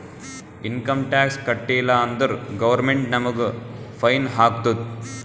income tax ಕಟ್ಟೀಲ ಅಂದುರ್ government ನಮುಗ್ ಫೈನ್ ಹಾಕ್ತುದ್